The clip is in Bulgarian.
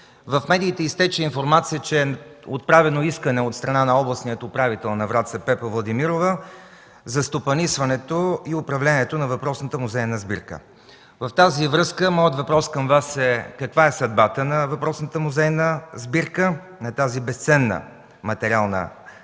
В медиите изтече информация, че е отправено искане от страна на областния управител на Враца Пепа Владимирова, за стопанисването и управлението на въпросната музейна сбирка. В тази връзка моят въпрос към Вас е: каква е съдбата на въпросната музейна сбирка на тази безценна материална част,